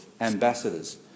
ambassadors